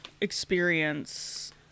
experience